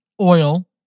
oil